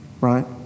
right